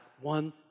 one